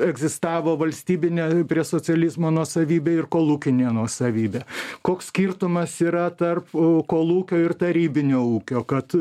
egzistavo valstybinė prie socializmo nuosavybė ir kolūkinė nuosavybė koks skirtumas yra tarp kolūkio ir tarybinio ūkio kad